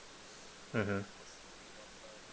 mmhmm